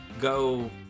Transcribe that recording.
go